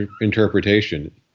interpretation